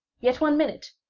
yet one minute,